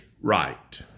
right